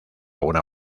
una